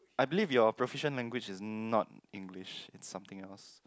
I believe your proficient language is not English it's something else